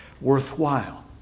worthwhile